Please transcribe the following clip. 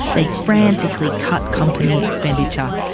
they frantically cut company expenditure.